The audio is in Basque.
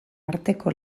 arteko